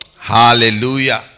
Hallelujah